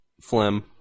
Phlegm